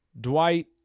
Dwight